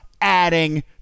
adding